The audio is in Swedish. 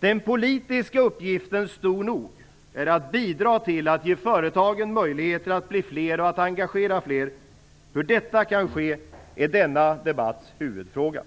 Den politiska uppgiften - stor nog! - är att bidra till att ge företagen möjligheter att bli fler och att engagera fler. Hur detta kan ske är denna debatts huvudfråga.